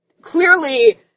clearly